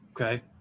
okay